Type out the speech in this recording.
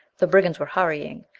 the brigands were hurrying,